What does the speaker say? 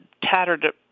tattered